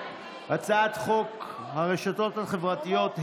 הצעת חוק הרשתות החברתיות,